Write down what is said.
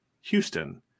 Houston